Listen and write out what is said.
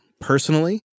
personally